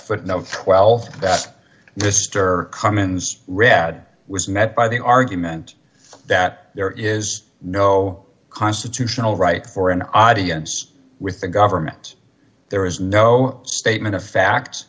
footnote twelve that mr commons read was met by the argument that there is no constitutional right for an audience with the government there is no statement of fact